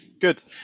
good